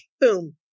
Boom